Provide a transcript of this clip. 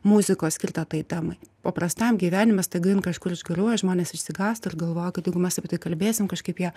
muzikos skirta tai temai paprastam gyvenime staiga jin kažkur išgaruoja žmonės išsigąsta ir galvoja kad jeigu mes apie tai kalbėsim kažkaip ją